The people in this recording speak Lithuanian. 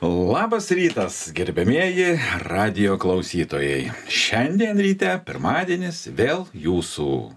labas rytas gerbiamieji radijo klausytojai šiandien ryte pirmadienis vėl jūsų